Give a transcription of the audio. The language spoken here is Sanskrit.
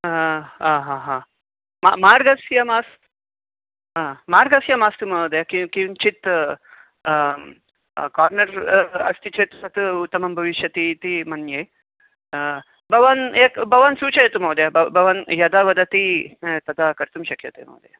हा हा मा मार्गस्य मास् हा मार्गस्य मास्तु महोदय कि किञ्चित् कार्नर् अस्ति चेत् तत् उत्तमं भविष्यति इति मन्ये भवान् एकं भवान् सूचयतु महोदय भवान् यदा वदति तदा कर्तुं शक्यते महोदय